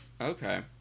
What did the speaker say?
Okay